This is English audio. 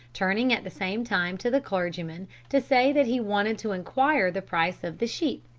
turning at the same time to the clergyman to say that he wanted to enquire the price of the sheep,